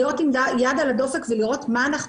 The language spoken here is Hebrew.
להיות עם יד על הדופק ולראות מה אנחנו